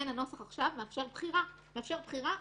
הנוסח עכשיו מאפשר בחירה לתובע,